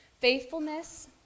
faithfulness